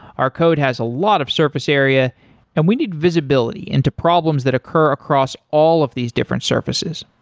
our code has a lot of surface area and we need visibility into problems that occur across all of these different surfaces.